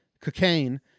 cocaine